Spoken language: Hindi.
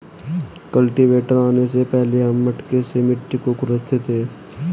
कल्टीवेटर आने से पहले हम मटके से मिट्टी को खुरंचते थे